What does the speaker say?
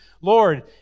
Lord